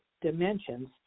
dimensions